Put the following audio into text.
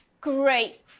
Great